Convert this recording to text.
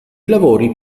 lavori